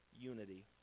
unity